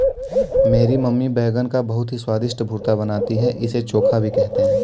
मेरी मम्मी बैगन का बहुत ही स्वादिष्ट भुर्ता बनाती है इसे चोखा भी कहते हैं